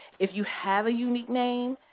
if you have a unique name,